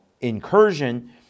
incursion